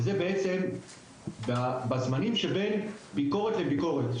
וזה בזמנים שבין ביקורת לביקורת.